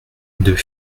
deux